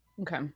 Okay